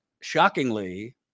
shockingly